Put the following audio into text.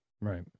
Right